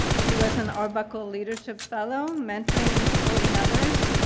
she was an arbuckle leadership fellow mentoring and supporting others,